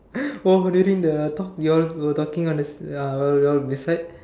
oh during the talk you all were talking on the uh beside